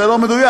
זה לא מדויק.